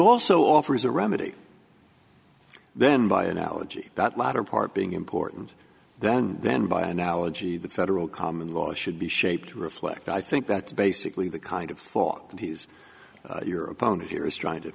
also offers a remedy then by analogy that latter part being important then then by analogy the federal common law should be shaped to reflect i think that's basically the kind of thought that he's your opponent here is trying to